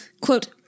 Quote